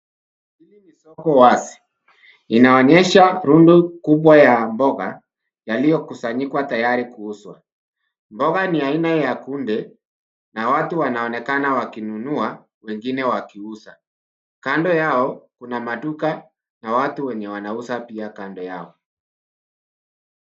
Hili ni soko wazi. Inaonyesha rundo kubwa ya mboga yaliyokusanyikwa tayari kuuzwa. Mboga ni aina ya kunde na watu wanaonekana wakinunua wengine wakiuza. Kando yao kuna maduka na watu waenye wanauza pia kando yao.